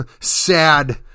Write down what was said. sad